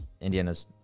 Indiana's